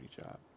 job